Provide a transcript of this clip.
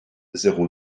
zéro